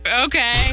Okay